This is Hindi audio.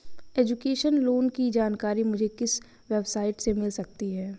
एजुकेशन लोंन की जानकारी मुझे किस वेबसाइट से मिल सकती है?